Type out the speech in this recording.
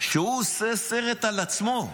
שהוא עשה סרט על עצמו,